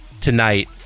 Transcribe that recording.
tonight